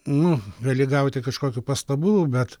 nu gali gauti kažkokių pastabų bet